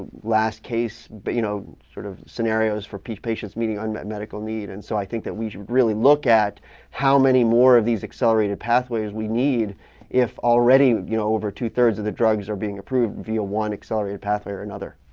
last-case but you know sort of scenarios for patients meeting medical need. and so i think that we should really look at how many more of these accelerated pathways we need if already you know over two three of the drugs are being approved via one accelerated pathway or another.